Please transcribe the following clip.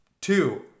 Two